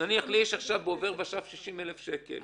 נניח יש לי עכשיו בעובר ושב 60,000 שקל,